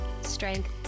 strength